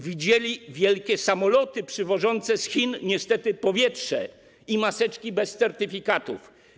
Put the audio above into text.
Widzieli wielkie samoloty przywożące z Chin niestety powietrze i maseczki bez certyfikatów.